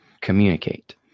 communicate